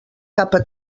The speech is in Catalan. capa